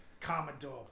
Commodore